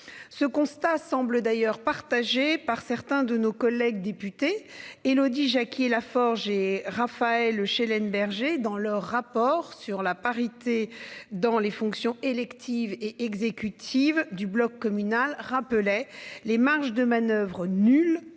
Ce constat semble d'ailleurs partagé par certains de nos collègues députés Élodie Jacquier-Laforge et Raphaël Schellenberger dans leur rapport sur la parité dans les fonctions électives et exécutive du bloc communal rappelait les marges de manoeuvre nul des